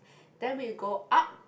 then we go up